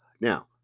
now